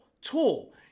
tool